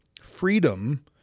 freedom